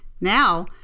Now